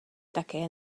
také